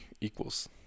equals